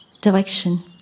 Direction